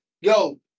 Yo